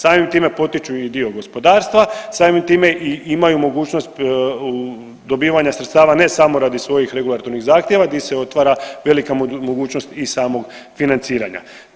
Samim time potiču i dio gospodarstva, samim time i imaju mogućnost dobivanja sredstava ne samo svojih regulatornih zahtjeva di se otvara velika mogućnost i samog financiranja.